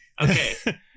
Okay